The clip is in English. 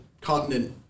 continent